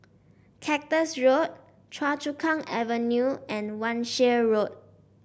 Cactus Road Choa Chu Kang Avenue and Wan Shih Road